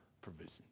provision